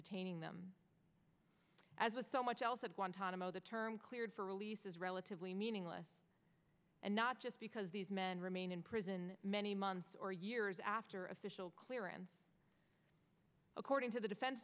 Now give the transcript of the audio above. detaining them as with so much else at guantanamo the term cleared for release is relatively meaningless and not just because these men remain in prison many months or years after official clearance according to the defense